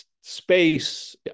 space